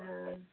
हँ